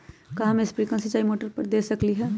का हम स्प्रिंकल सिंचाई टमाटर पर दे सकली ह?